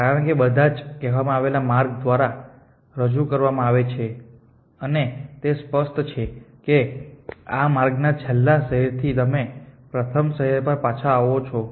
કારણ કે બધા જ કહેવામાં આવેલા માર્ગ દ્વારા રજૂ કરવામાં આવે છે અને તે સ્પષ્ટ છે કે આ માર્ગ ના છેલ્લા શહેરથી તમે પ્રથમ શહેર પર પાછા આવો છો